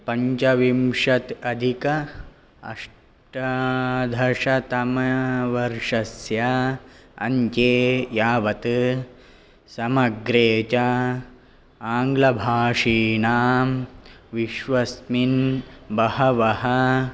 पञ्चविंशत् अधिक अष्टादशतमवर्षस्य अन्त्ये यावत् समग्रे च आङ्ग्लभाषिणां विश्वस्मिन् बहवः